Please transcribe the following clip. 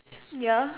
ya